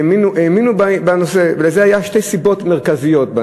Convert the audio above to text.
האמינו בנושא, לזה היו שתי סיבות מרכזיות.